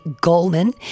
Goldman